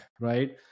right